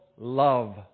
love